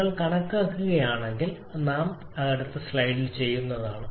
നിങ്ങൾക്ക് കണക്കാക്കണമെങ്കിൽ അടുത്ത സ്ലൈഡിൽ ഞാൻ ചെയ്യും